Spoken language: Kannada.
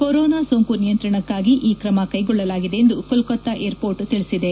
ಕೊರೊನಾ ಸೋಂಕು ನಿಯಂತ್ರಣಕ್ನಾಗಿ ಈ ಕ್ರಮ ಕೈಗೊಳ್ಳಲಾಗಿದೆ ಎಂದು ಕೊಲ್ಲತಾ ಏರ್ಪೋರ್ಟ್ ತಿಳಿಸಿದೆ